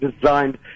designed